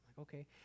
Okay